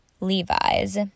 Levi's